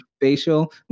facial